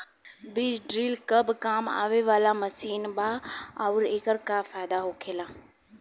बीज ड्रील कब काम आवे वाला मशीन बा आऊर एकर का फायदा होखेला?